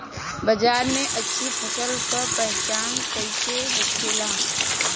बाजार में अच्छी फसल का पहचान कैसे होखेला?